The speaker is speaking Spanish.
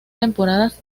temporadas